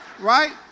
right